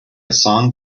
song